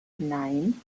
nein